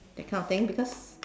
that kind of thing because